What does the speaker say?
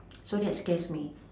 so that scares me